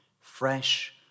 fresh